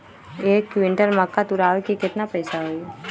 एक क्विंटल मक्का तुरावे के केतना पैसा होई?